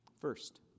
First